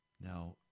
Now